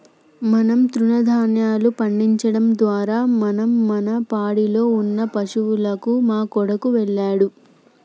మనం తృణదాన్యాలు పండించడం ద్వారా మనం మన పాడిలో ఉన్న పశువులకు మా కొడుకు వెళ్ళాడు